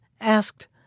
asked